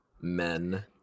Men